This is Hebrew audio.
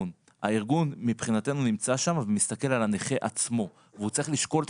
הארגון מבחינתנו נמצא שם ומסתכל על הנכה עצמו והוא צריך לשקול את